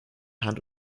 hand